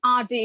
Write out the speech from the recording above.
RD